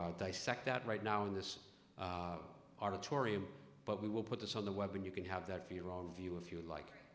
dissect that right now in this part of tori but we will put this on the web and you can have that for your own view if you like